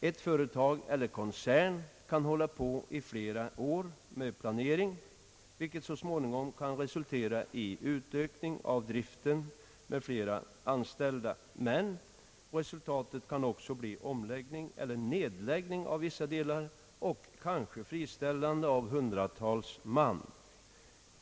Ett företag eller en koncern kan hålla på i flera år med planering, vilket så småningom kan resultera i utökning av drifien, med ökning av antalet anställda. Men resultatet kan också bli omläggning eller nedläggning av vissa delar och kanske friställande av hundratals man.